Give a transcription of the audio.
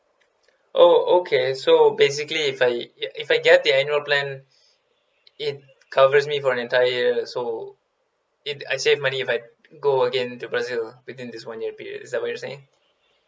oh okay so basically if I if I get the annual plan it covers me for an entire year so it I save money if go again to brazil within this one year period is that what you're saying